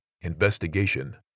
Investigation